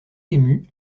émue